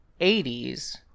80s